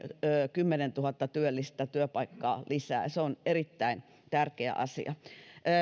kymmenentuhatta työllistä työpaikkaa lisää se on erittäin tärkeä asia